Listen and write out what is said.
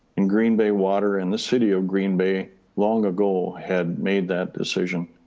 and green bay water and the city of green bay long ago had made that decision.